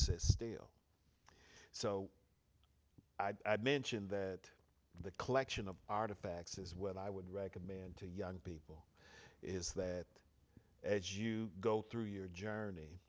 sit still so i've mentioned that the collection of artifacts is what i would recommend to young people is that as you go through your journey